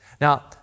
Now